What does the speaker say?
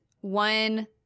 one